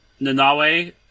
Nanawe